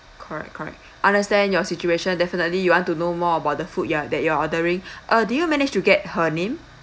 correct correct understand your situation definitely you want to know more about the food you're that you're ordering uh did you manage to get her name